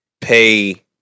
pay